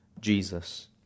Jesus